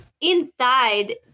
inside